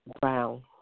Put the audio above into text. Brown